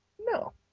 No